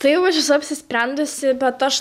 tai jau aš esu apsisprendusi bet aš